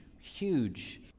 huge